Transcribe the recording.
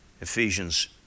Ephesians